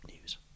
news